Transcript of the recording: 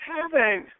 Heaven